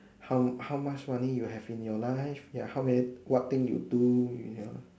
how how much money you have in your life ya how many what thing you do